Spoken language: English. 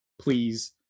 please